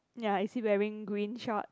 ya is he wearing green shorts